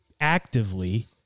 actively